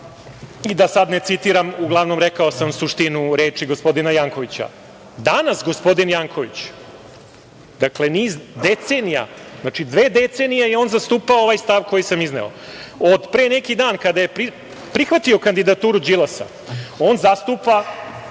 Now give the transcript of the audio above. I da sada ne citiram, uglavnom sam rekao suštinu reči gospodina Jankovića. Danas gospodin Janković, dakle niz decenija, znači dve decenije je on zastupao ovaj stav koji sam ja izneo, od pre neki dan kada je prihvatio kandidaturu Đilasa, zastupa